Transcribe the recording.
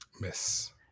Miss